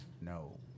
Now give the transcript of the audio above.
No